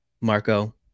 Marco